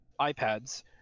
iPads